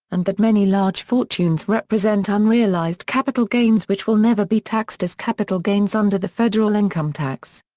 and that many large fortunes represent unrealized capital gains which will never be taxed as capital gains under the federal income tax.